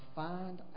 find